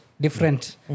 different